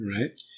Right